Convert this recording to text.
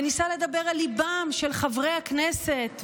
וניסה לדבר על ליבם של חברי הכנסת,